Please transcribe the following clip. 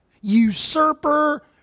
usurper